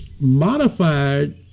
modified